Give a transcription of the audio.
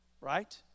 right